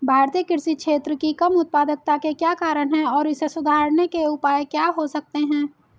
भारतीय कृषि क्षेत्र की कम उत्पादकता के क्या कारण हैं और इसे सुधारने के उपाय क्या हो सकते हैं?